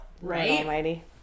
Right